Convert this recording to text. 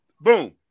boom